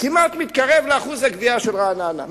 כמעט מתקרב לאחוז הגבייה של רעננה.